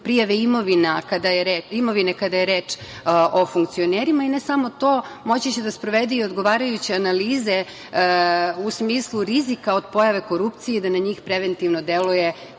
prijave imovine kada je reč o funkcionerima i ne samo to, moći će da sprovede i odgovarajuće analize u smislu rizika od pojave korupcije i da na njih preventivno deluje,